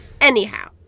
Anyhow